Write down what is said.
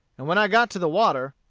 and when i got to the water,